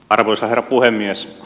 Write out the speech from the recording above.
arvoisa herra puhemies